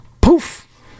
poof